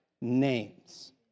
Names